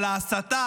על ההסתה,